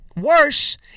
Worse